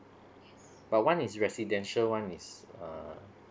but one is residential one is uh